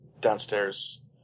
downstairs